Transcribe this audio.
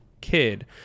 kid